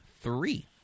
three